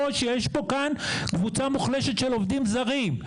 שיש כאן קבוצה מוחלשת של עובדים זרים,